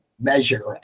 measure